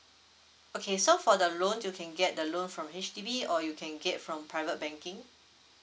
okay so for the loan you can get the loan from H_D_B or you can get from private banking